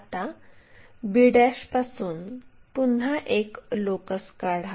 आता b पासून पुन्हा एक लोकस काढा